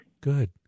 Good